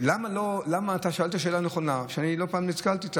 שאלת שאלה נכונה שלא פעם נתקלתי בה.